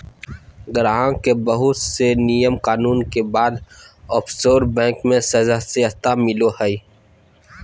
गाहक के बहुत से नियम कानून के बाद ओफशोर बैंक मे सदस्यता मिलो हय